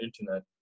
internet